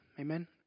Amen